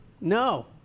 No